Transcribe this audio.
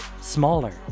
Smaller